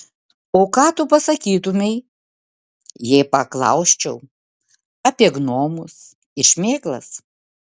o ką tu pasakytumei jei paklausčiau apie gnomus ir šmėklas